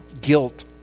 guilt